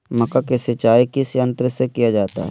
मक्का की सिंचाई किस यंत्र से किया जाता है?